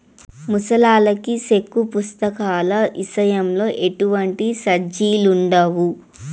ముసలాల్లకి సెక్కు పుస్తకాల ఇసయంలో ఎటువంటి సార్జిలుండవు